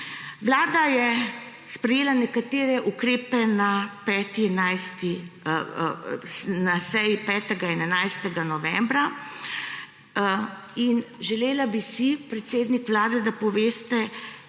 Vlada je sprejela nekatere ukrepe na seji 5. in 11. novembra in želela bi si predsednik Vlade, da poveste: